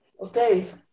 okay